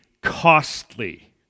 costly